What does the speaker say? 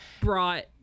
brought